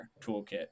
toolkit